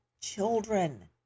children